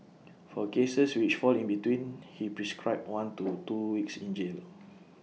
for cases which fall in between he prescribed one to two weeks in jail